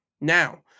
Now